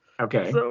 Okay